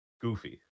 goofy